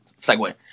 segue